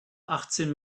achtzehn